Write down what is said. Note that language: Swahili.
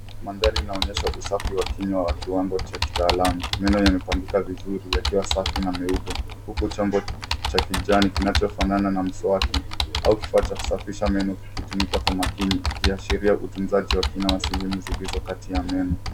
Mandhari inaonyesha usafi wa kinywa wa kiwango cha kitaalamu. Meno yamepangika vizuri yakiwa safi na meupe huku chombo cha kijani kinachofanana na mswaki au kifaa cha kusafisha meno kikitumika kwa makini ikiashiria utunzaji wa kina wa sehemu zilizo kati ya meno.